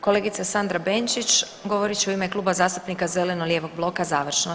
Kolegica Sandra Benčić govorit će u ime Kluba zastupnika zeleno-lijevog bloka završno.